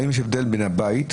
האם יש הבדל בין הבית,